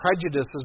prejudices